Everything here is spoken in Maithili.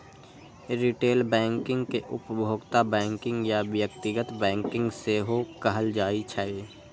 रिटेल बैंकिंग कें उपभोक्ता बैंकिंग या व्यक्तिगत बैंकिंग सेहो कहल जाइ छै